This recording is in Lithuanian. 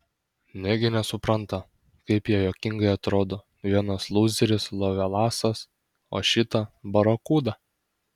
negi nesupranta kaip jie juokingai atrodo vienas lūzeris lovelasas o šita barakuda